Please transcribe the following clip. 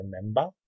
remember